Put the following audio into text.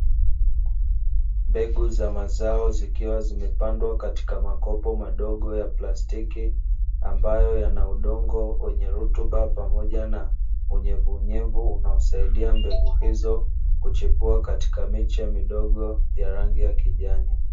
Mbegu za mazao zikiwa zimepandwa katika makopo madogo ya plastiki, ambayo yana udongo wenye rutuba pamoja na unyevunyevu unaosaidia mbegu hizo kuchipua katika miche midogo ya rangi ya kijani.